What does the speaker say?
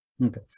Okay